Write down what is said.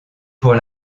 pour